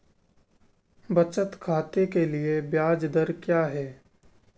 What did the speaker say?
बचत खाते के लिए ब्याज दर क्या है?